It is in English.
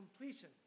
completion